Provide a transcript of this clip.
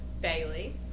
Bailey